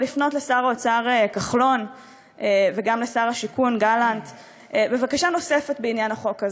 לפנות לשר האוצר כחלון וגם לשר השיכון גלנט בבקשה נוספת בעניין החוק,